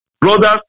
Brothers